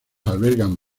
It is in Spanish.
albergan